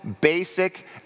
basic